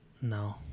no